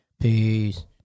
Peace